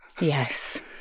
Yes